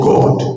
God